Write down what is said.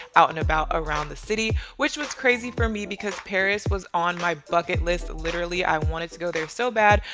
out and about around the city, which was crazy for me because paris was on my bucket list. literally, i wanted to go there so bad,